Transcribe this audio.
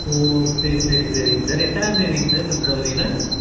ஓ சரி சரி சரிங்க சார் எத்தனாம்தேதிங்க சார் பிப்ரவரியில